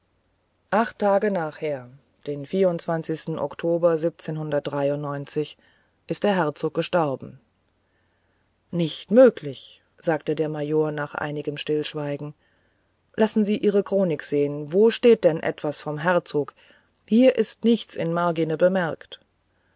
acht tage nachher den oktober ist der herzog gestorben nicht möglich sagte der major nach einigem stillschweigen lassen sie ihre chronik sehen wo steht denn etwas vom herzog hier ist nichts in margine bemerkt